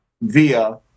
via